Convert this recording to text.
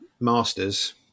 masters